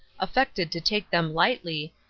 affected to take them lightly,